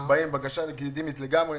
באים עם בקשה לגיטימית לגמרי